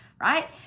right